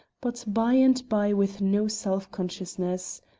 but by-and-by with no self-consciousness.